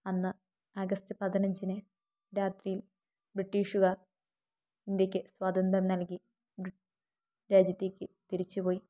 അന്ന് ആഗസ്റ്റ് പതിനഞ്ചിനു രാത്രിയിൽ ബ്രിട്ടീഷുകാർ ഇന്ത്യയ്ക്കു സ്വാതന്ത്ര്യം നൽകി രാജ്യത്തേക്കു തിരിച്ചുപോയി